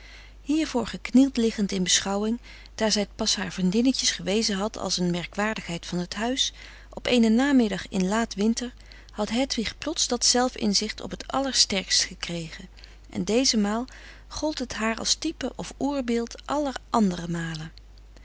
hiervoor geknield liggend in beschouwing daar zij het pas haar vriendinnetjes gewezen had als een merkwaardigheid van t huis op eenen namiddag in laatwinter had hedwig plots dat zelf inzicht op t allersterkst gekregen en deze maal gold haar als type of oerbeeld aller andere malen